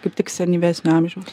kaip tik senyvesnio amžiaus